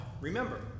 remember